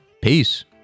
Peace